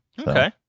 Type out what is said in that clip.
Okay